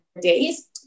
days